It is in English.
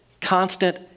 constant